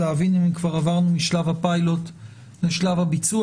להבין אם כבר עברנו משלב הפיילוט לשלב הביצוע.